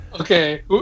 Okay